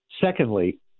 Secondly